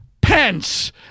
Pence